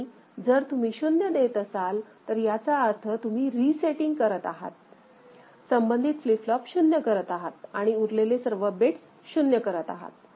आणि जर तुम्ही 0 देत असाल तर याचा अर्थ तुम्ही रीसेटिंग करत आहात संबंधित फ्लिप फ्लॉपला 0 करत आहात आणि उरलेले सर्व बिट्स शून्य करत आहात